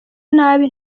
nabi